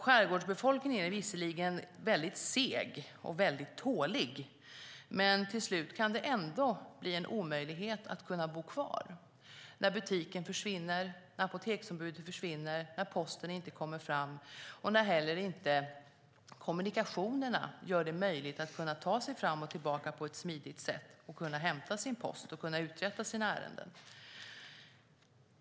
Skärgårdsbefolkningen är visserligen seg och tålig, men till slut kan det ändå bli en omöjlighet att bo kvar när butiken försvinner, när apoteksombudet försvinner, när posten inte kommer fram och när heller inte kommunikationerna gör det möjligt att ta sig fram och tillbaka på ett smidigt sätt för att hämta post och uträtta ärenden.